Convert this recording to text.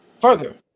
further